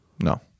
No